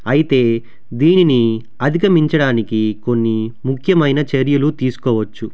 అయితే దీనిని అధిగమించడానికి కొన్ని ముఖ్యమైన చర్యలు తీసుకోవచ్చు